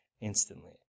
instantly